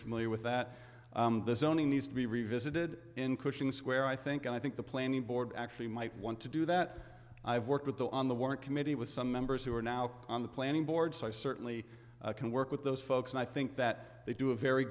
familiar with that the zoning needs to be revisited in cushing square i think and i think the planning board actually might want to do that i've worked with the on the work committee with some members who are now on the planning board so i certainly can work with those folks and i think that they do a very